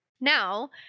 Now